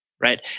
right